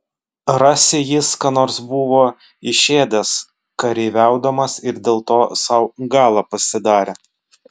rasi jis ką nors buvo išėdęs kareiviaudamas ir dėl to sau galą pasidarė